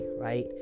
right